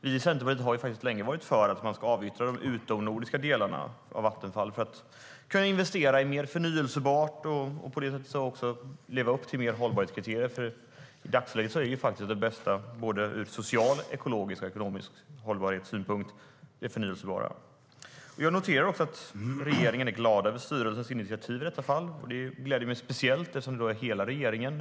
Vi i Centerpartiet har länge varit för att man ska avyttra de utomnordiska delarna av Vattenfall för att kunna investera i mer förnybart och på det sättet också leva upp till fler hållbarhetskriterier. I dagsläget är faktiskt det förnybara det bästa ur social, ekologisk och ekonomisk hållbarhetssynpunkt. Jag noterar också att regeringen är glad över styrelsens initiativ i detta fall. Det gläder mig speciellt, eftersom det då är hela regeringen.